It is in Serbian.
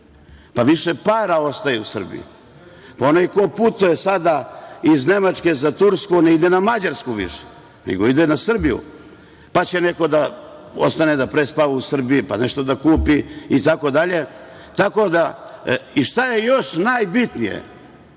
pa više para ostaju u Srbiju, pa onaj ko putuje sada iz Nemačke za Tursku ne ide na Mađarsku više, nego ide na Srbiju, pa će neko da ostane da prespava u Srbiji, pa nešto da kupi itd. Šta je još najbitnije